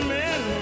men